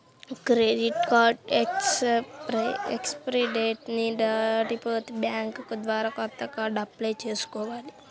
credit card expiry date ని దాటిపోతే bank ద్వారా కొత్త కార్డుకి అప్లై చేసుకోవాలి